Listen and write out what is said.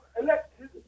elected